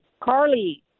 Carly